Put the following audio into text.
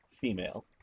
female